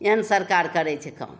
एहन सरकार करै छै काम